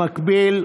במקביל,